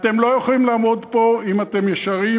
אתם לא יכולים לעמוד פה, אם אתם ישרים,